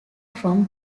from